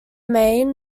main